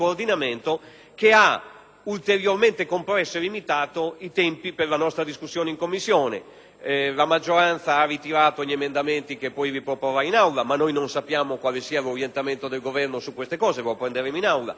ulteriormente compresso e limitato i tempi della nostra discussione in Commissione. La maggioranza ha ritirato gli emendamenti, che poi riproporrà in Aula, ma noi non sappiamo quale sia l'orientamento del Governo su tali proposte e lo apprenderemo in questa sede. Noi stessi abbiamo dovuto